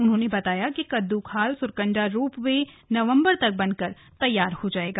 उन्होंने बताया कि कद्दूखाल सुरकंडा रोप वे नवंबर तक बन कर तैयार हो जाएगा